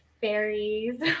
fairies